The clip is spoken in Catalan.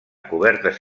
cobertes